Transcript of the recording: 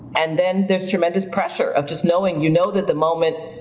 and then there's tremendous pressure of just knowing. you know that the moment,